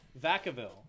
vacaville